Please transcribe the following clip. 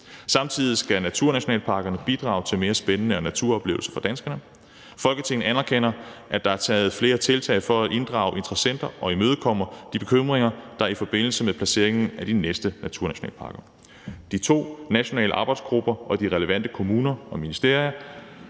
Samtidig skal naturnationalparkerne bidrage til mere spændende naturoplevelser for danskerne. Folketinget anerkender, at der er taget flere tiltag for at inddrage interessenter og imødekomme de bekymringer, der er i forbindelse med placeringen af de næste naturnationalparker. De to nationale arbejdsgrupper og de relevante kommuner og ministerier